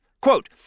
Quote